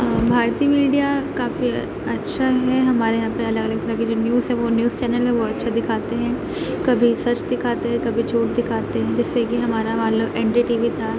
بھارتی میڈیا کافی اچھا ہے ہمارے یہاں پہ الگ الگ نیوز ہے وہ نیوز چینل ہے وہ اچھے دکھاتے ہیں کبھی سچ دکھاتے ہیں کبھی جھوٹ دکھاتے ہیں جیسے کہ ہمارا والا این ڈی ٹی وی تھا